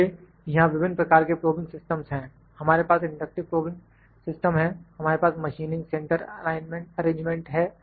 इसलिए यहां विभिन्न प्रकार के प्रॉबिंग सिस्टमस् हैं हमारे पास इंडक्टिव प्रॉबिंग सिस्टम है हमारे पास मशीनिंग सेंटर अरेंजमेंट है